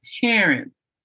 parents